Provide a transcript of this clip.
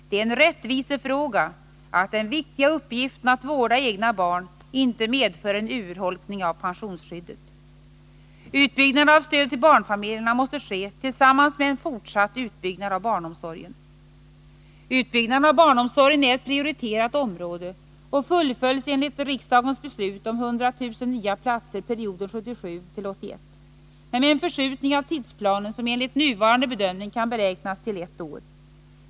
Det är en rättvisefråga att den viktiga uppgiften att vårda egna barn inte medför en urholkning av pensionsskyddet. Utbyggnaden av stödet till barnfamiljerna måste ske tillsammans med en fortsatt utbyggnad av barnomsorgen. Utbyggnaden av barnomsorgen är ett prioriterat område och fullföljs enligt riksdagens beslut om 100 000 nya platser perioden 1977-1981, men med en förskjutning av tidsplanen som enligt nuvarande bedömning kan beräknas till ett år.